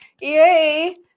Yay